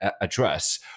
address